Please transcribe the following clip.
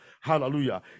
hallelujah